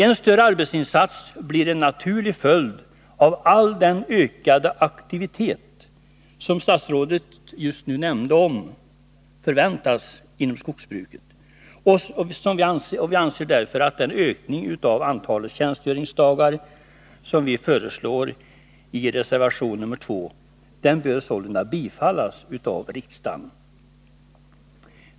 En större arbetsinsats blir en naturlig följd av all den ökade aktivitet som — det nämnde statsrådet nyss — förväntas inom skogsbruket, och vi anser därför att den ökning av antalet tjänstgöringsdagar som vi föreslår i reservation 2 bör bifallas av riksdagen.